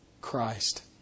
Christ